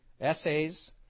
Essays